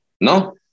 No